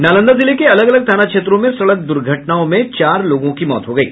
नालंदा जिले के अलग अलग थाना क्षेत्रों में सड़क द्र्घटना में चार लोगों की मौत हो गयी